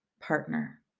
partner